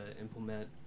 implement